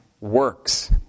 works